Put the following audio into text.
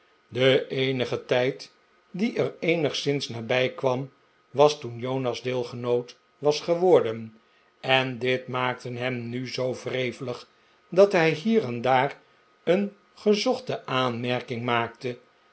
de eenige tijd die er eenigszins nabijkwam was toen jonas deelgenoot was geworden en dit maakte hem nu zpo wrevelig dat hij hier en daar een gezochte aanmerking maakte